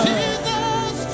Jesus